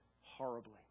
horribly